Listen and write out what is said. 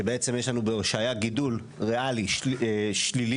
שבעצם יש לנו בהושעיה גידול ריאלי שלילי,